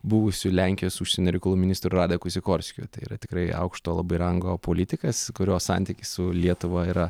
buvusiu lenkijos užsienio reikalų ministru radeku sikorskiu tai yra tikrai aukšto labai rango politikas kurio santykis su lietuva yra